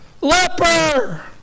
Leper